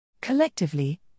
Collectively